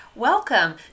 Welcome